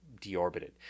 deorbited